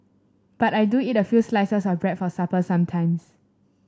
but I do eat a few slices of bread for supper sometimes